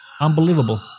Unbelievable